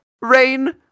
rain